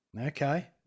Okay